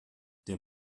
der